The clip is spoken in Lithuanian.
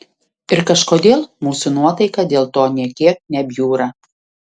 ir kažkodėl mūsų nuotaika dėl to nė kiek nebjūra